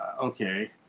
okay